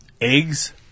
eggs